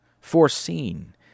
foreseen